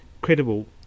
credible